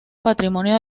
patrimonio